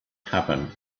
happened